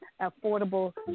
affordable